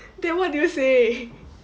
then what did you say